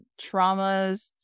traumas